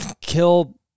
Kill